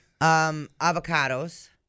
Avocados